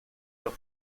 los